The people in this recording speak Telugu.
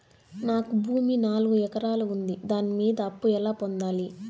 నాకు భూమి నాలుగు ఎకరాలు ఉంది దాని మీద అప్పు ఎలా పొందాలి?